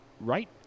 Right